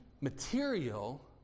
material